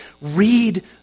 Read